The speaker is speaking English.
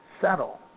settle